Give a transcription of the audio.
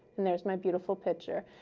and there's my beautiful picture.